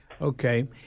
Okay